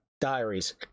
Diaries